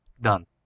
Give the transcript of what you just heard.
done